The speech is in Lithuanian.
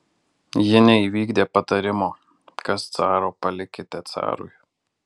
ji neįvykdė patarimo kas caro palikite carui